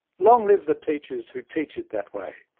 long live the teachers who teach it that way!